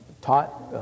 Taught